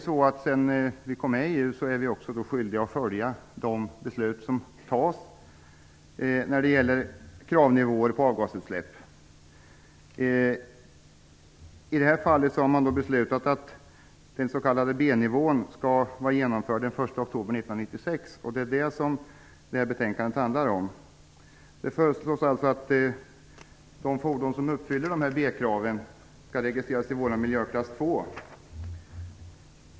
Sedan vi kom med i EU är vi skyldiga att följa de beslut som där fattas när det gäller kravnivåer på avgasutsläpp. I det här fallet har man beslutat att den s.k. B-nivån skall vara genomförd den 1 oktober 1996. Det är vad betänkandet handlar om. Det föreslås alltså att de fordon som uppfyller B-kraven skall registreras i vår miljöklass 2.